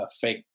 fake